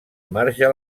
marge